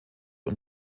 und